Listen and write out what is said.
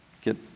get